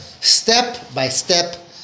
step-by-step